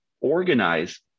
organize